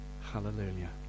Hallelujah